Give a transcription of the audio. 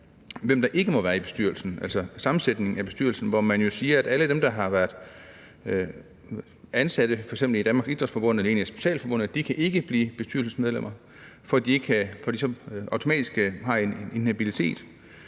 hvem der ikke må være i bestyrelsen – altså sammensætningen af bestyrelsen, hvor man jo siger, at alle dem, der har været ansat i f.eks. Danmarks Idræts-Forbund eller et af specialforbundene, ikke kan blive bestyrelsesmedlem og altså automatisk har en inhabilitet.